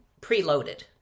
preloaded